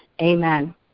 amen